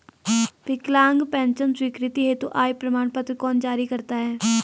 विकलांग पेंशन स्वीकृति हेतु आय प्रमाण पत्र कौन जारी करता है?